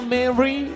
Mary